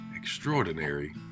extraordinary